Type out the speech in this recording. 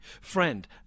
Friend